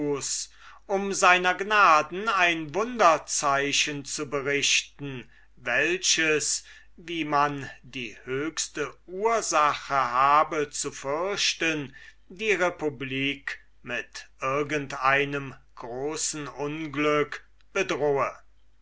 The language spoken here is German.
um seiner gnaden ein wunderzeichen zu berichten welches wie man die höchste ursache habe zu fürchten die republik mit irgend einem großen unglück bedrohe